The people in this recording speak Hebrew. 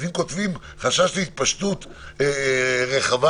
אז אם כותבים "חשש להתפשטות רחבה",